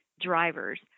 drivers